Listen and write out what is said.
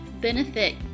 benefit